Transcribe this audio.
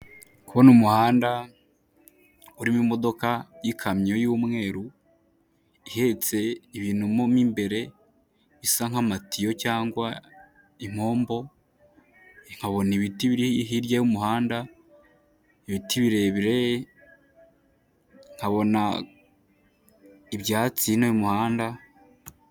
Ndikubona umuhanda urimo imodoka y'ikamyo y'umweru ihetse ibintu mo m'imbere bisa nk'amatiyo cyangwa inkombo, nkabona ibiti biri hirya y'umuhanda, ibiti birebire nkabona ibyatsi hino y'umuhanda.